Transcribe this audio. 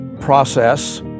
process